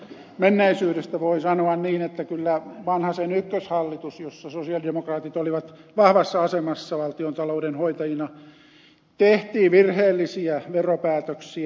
menneisyydestä voi sanoa niin että kyllä vanhasen ykköshallituksessa jossa sosialidemokraatit olivat vahvassa asemassa valtiontalouden hoitajina tehtiin virheellisiä veropäätöksiä